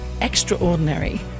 extraordinary